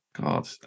God